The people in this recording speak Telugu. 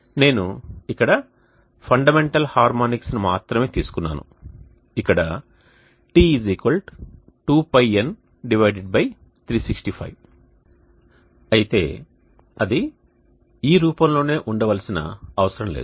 నేను ఇక్కడ ఫండమెంటల్ హార్మోనిక్ని మాత్రమే తీసుకున్నాను ఇక్కడ τ 2πN365 అయితే అది ఈ రూపంలోనే ఉండవలసిన అవసరం లేదు